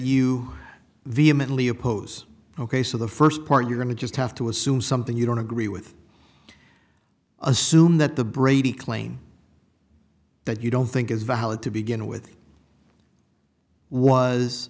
you vehemently oppose ok so the first part you're going to just have to assume something you don't agree with assume that the brady claim that you don't think is valid to begin with was